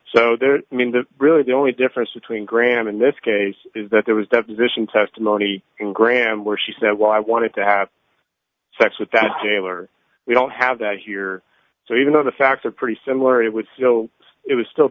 so there i mean the really the only difference between graham in this case is that there was deposition testimony in graham where she said well i wanted to have sex with that jailer we don't have that here so even though the facts are pretty similar it would still it was still